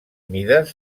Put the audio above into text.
mides